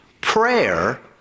prayer